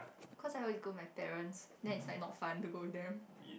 cause I always go with my parents then it's like not fun to go there